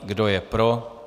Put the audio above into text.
Kdo je pro?